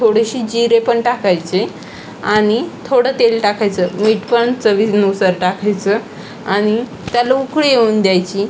थोडेसे जिरे पण टाकायचे आणि थोडं तेल टाकायचं मीठ पण चवीजनुसार टाकायचं आणि त्याला उकळी येऊ द्यायची